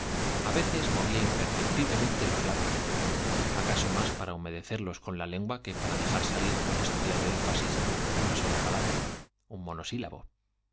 á veces movía labios acaso más imperceptiblemente los par a humedecerlos con la lengua que para dejar salir con estudiado énfasis una sola pala bra un monosílabo